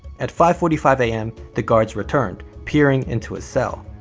at five forty five a m. the guards returned, peering into his cell.